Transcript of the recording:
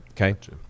okay